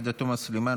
עאידה תומא סלימאן,